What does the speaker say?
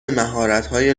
مهارتهای